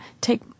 take